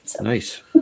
Nice